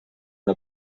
una